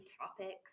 topics